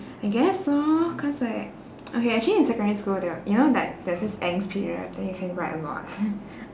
I guess so cause like okay actually in secondary school there you know like there's this angst period then you can write a lot